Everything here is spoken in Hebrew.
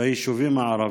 ביישובים הערביים.